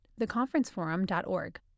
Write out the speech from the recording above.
theconferenceforum.org